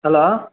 hello